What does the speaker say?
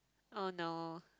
oh no